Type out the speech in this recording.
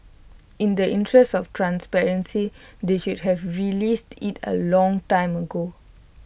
in the interest of transparency they should have released IT A long time ago